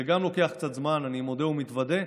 זה גם לוקח קצת זמן, אני מודה ומתוודה.